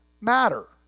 matter